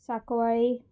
Sancoale